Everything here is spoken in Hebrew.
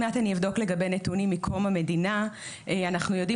אנחנו התמקדנו רק ב-230 הקילומטרים הדרומיים כי אנחנו